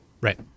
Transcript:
Right